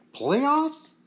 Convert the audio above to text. playoffs